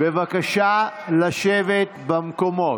בבקשה לשבת במקומות.